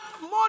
more